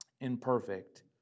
imperfect